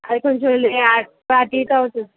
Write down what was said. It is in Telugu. అవి కొంచెం కావచ్చు